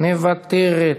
מוותרת.